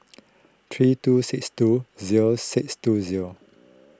three two six two zero six two zero